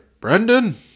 Brendan